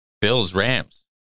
Bills-Rams